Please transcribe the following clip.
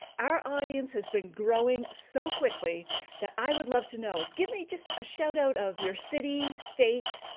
our audience has been growing so quickly that i would love to know. give me just a shout out of your city, state,